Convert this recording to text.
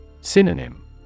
Synonym